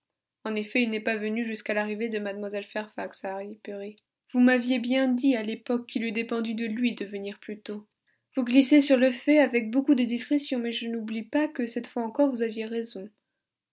en effet il n'est pas venu jusqu'à l'arrivée de mlle fairfax à highbury vous m'aviez bien dit à l'époque qu'il eût dépendu de lui de venir plus tôt vous glissez sur le fait avec beaucoup de discrétion mais je n'oublie pas que cette fois encore vous aviez raison